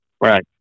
Right